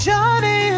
Johnny